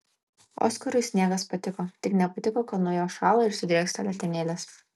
oskarui sniegas patiko tik nepatiko kad nuo jo šąla ir sudrėksta letenėlės